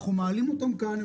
אנחנו מעלים אותם כאן,